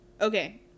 okay